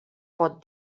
pot